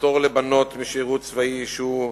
הפטור לבנות דתיות משירות צבאי, שהוא,